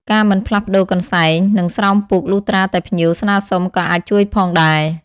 ការមិនផ្លាស់ប្តូរកន្សែង និងស្រោមពូកលុះត្រាតែភ្ញៀវស្នើសុំក៏អាចជួយផងដែរ។